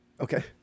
Okay